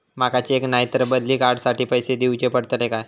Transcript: माका चेक नाय तर बदली कार्ड साठी पैसे दीवचे पडतले काय?